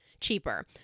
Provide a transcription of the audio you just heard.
cheaper